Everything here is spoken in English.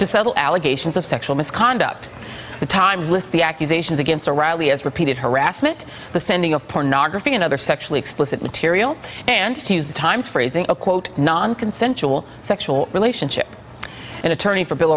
to settle allegations of sexual misconduct the times list the accusations against a rally as repeated harassment the sending of pornography and other sexually explicit material and the times for raising a quote non consensual sexual relationship an attorney for bill